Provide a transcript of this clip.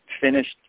finished